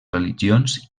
religions